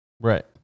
Right